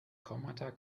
kommata